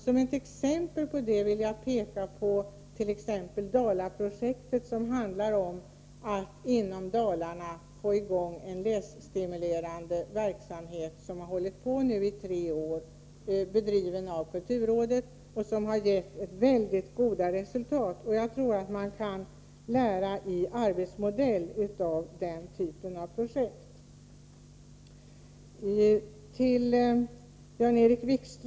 Som ett exempel på detta vill jag peka på Dalaprojektet, som handlar om att inom Dalarna få i gång en lässtimulerande verksamhet. Kulturrådet har bedrivit detta projekt under tre år, och det har givit mycket goda resultat. Jag tror att man kan lära sig mycket av den arbetsmodell som har använts i den här typen av projekt.